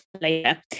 later